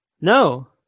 No